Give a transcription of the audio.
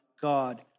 God